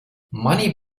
money